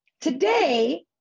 Today